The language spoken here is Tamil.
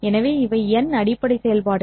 எனவே இவை n அடிப்படை செயல்பாடுகள்